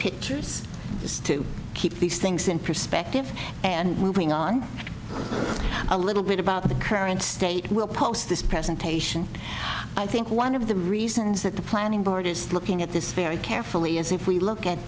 pictures to keep these things in perspective and moving on a little bit about the current state will post this presentation i think one of the reasons that the planning board is looking at this very carefully as if we look at